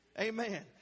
Amen